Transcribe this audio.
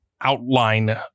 outline